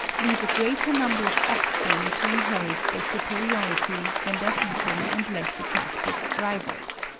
leave a greater number of offspring to inherit their superiority than their beaten and less attractive rivals.